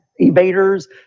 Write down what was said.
evaders